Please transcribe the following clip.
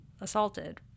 assaulted